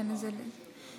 חבר הכנסת ינון אזולאי,